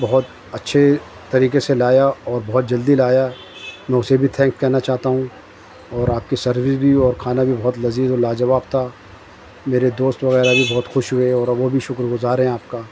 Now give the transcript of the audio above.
بہت اچھے طریقے سے لایا اور بہت جلدی لایا میں اسے بھی تھینک کہنا چاہتا ہوں اور آپ کی سروس بھی اور کھانا بھی بہت لذیذ اور لاجواب تھا میرے دوست وغیرہ بھی بہت خوش ہوئے اور وہ بھی شکر گزار ہیں آپ کا